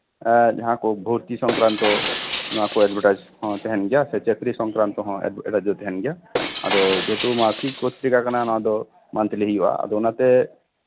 ᱮᱸᱜ ᱡᱟᱦᱟᱸ ᱠᱚ ᱵᱷᱚᱨᱛᱤ ᱥᱚᱝᱠᱨᱟᱱᱛᱚ ᱮᱰᱵᱷᱮᱴᱟᱡ ᱦᱚᱸ ᱛᱟᱦᱮᱸᱱ ᱜᱮᱭᱟ ᱥᱚ ᱪᱟᱠᱨᱤ ᱥᱚᱝᱠᱨᱟᱱᱛᱚ ᱮᱰᱵᱷᱮᱴᱟᱡ ᱦᱚᱸ ᱛᱟᱦᱮᱸᱱ ᱜᱮᱭᱟ ᱟᱫᱚ ᱡᱮᱦᱮᱛᱩ ᱢᱟᱥᱤᱠ ᱯᱚᱛᱨᱤᱠᱟ ᱠᱟᱱᱟ ᱱᱚᱣᱟ ᱫᱚ ᱢᱟᱱᱛᱷᱞᱤ ᱦᱩᱭᱩᱜᱼᱟ ᱟᱫᱚ ᱚᱱᱟᱛᱮ